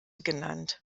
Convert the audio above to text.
genannt